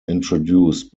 introduced